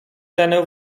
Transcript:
cenę